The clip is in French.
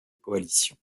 coalition